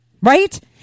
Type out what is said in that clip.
right